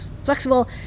flexible